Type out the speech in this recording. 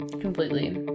Completely